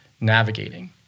navigating